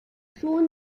schon